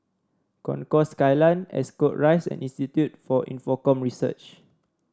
Concourse Skyline Ascot Rise and Institute for Infocomm Research